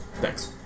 Thanks